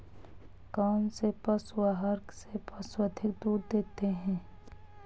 कौनसे पशु आहार से पशु अधिक दूध देते हैं?